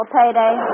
payday